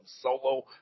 solo